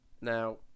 Now